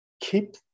keep